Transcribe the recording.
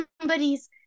somebody's